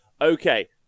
Okay